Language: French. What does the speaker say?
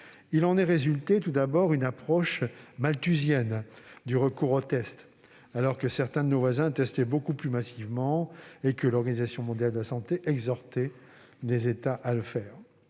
Il en est résulté tout d'abord une approche malthusienne du recours aux tests, alors que certains de nos voisins testaient beaucoup plus massivement et que l'Organisation mondiale de la santé (OMS) exhortait les États à le faire.